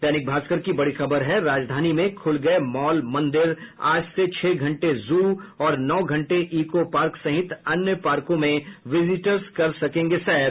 दैनिक भास्कर की बड़ी खबर है राजधानी में खुल गये मॉल मंदिर आज से छह घंटे जू और नौ घंटे ईको पार्क सहित अन्य पार्कों में विजिटर्स कर सकेंगे सैर